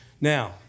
Now